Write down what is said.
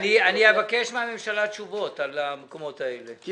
אבקש מהממשלה תשובות על המקומות האלה.